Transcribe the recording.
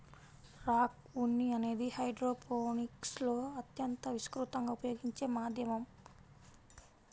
rock ఉన్ని అనేది హైడ్రోపోనిక్స్లో అత్యంత విస్తృతంగా ఉపయోగించే మాధ్యమం